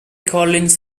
collins